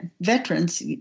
veterans